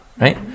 Right